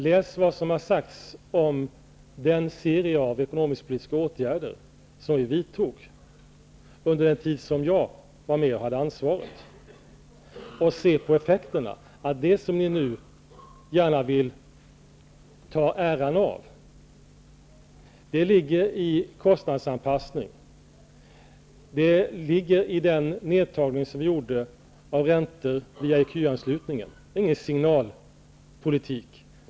Läs vad som har sagts om den serie av ekonomisk-politiska åtgärder som vi vidtog under den tid som jag var med och hade ansvaret. Se på effekterna, på det ni nu gärna vill ta äran av. Det ligger i kostnadsanpassning. Det ligger i den nedtagning som vi gjorde av räntor via ecuanknytningen. Det var ingen signalpolitik.